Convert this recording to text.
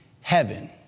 heaven